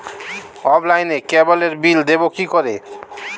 অফলাইনে ক্যাবলের বিল দেবো কি করে?